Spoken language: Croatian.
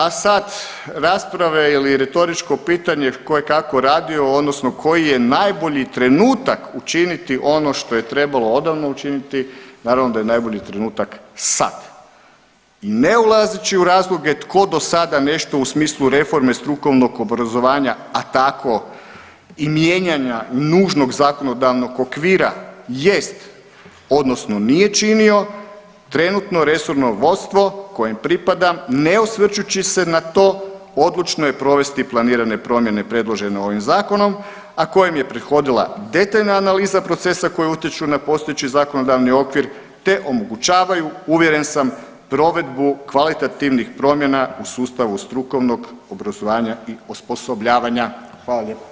A sad rasprave ili retoričko pitanje tko je kako radio odnosno koji je najbolji trenutak učiniti ono što je trebalo odavno učiniti naravno da je najbolji trenutak sad ne ulazeći u razloge tko dosada nešto u smislu reforme strukovnog obrazovanja, a tako i mijenjanja nužnog zakonodavnog okvira jest odnosno nije činio, trenutno resorno vodstvo kojem pripadam ne osvrčući se na to odlučno je provesti planirane promjene predložene ovim zakonom, a kojem je prethodila detaljna analiza procesa koji utječu na postojeći zakonodavni okvir te omogućavaju uvjeren sam provedbu kvalitativnih promjena u sustavu strukovnog obrazovanja i osposobljavanja.